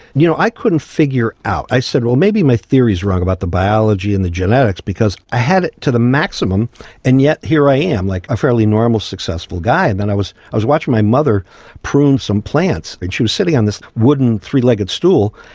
you know, i couldn't figure out, i said, well, maybe my theory's wrong about the biology and the genetics, because i had it to the maximum and yet here i am, like, a fairly normal successful guy. and then i was i was watching my mother prune some plants. and she was sitting on this wooden, three-legged stool,